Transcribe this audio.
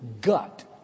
gut